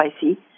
spicy